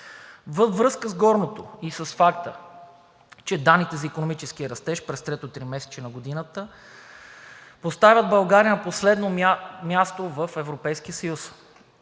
Във връзка с горното и с факта, че данните за икономическия растеж през третото тримесечие на годината поставят България на последно място в Европейския съюз,